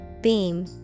Beam